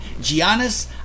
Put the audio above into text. Giannis